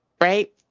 right